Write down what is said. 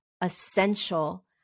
essential